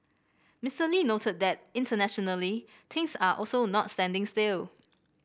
Mister Lee noted that internationally things are also not standing still